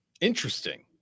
Interesting